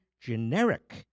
generic